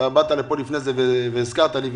אתה באת לכאן לפני כן והזכרת לי,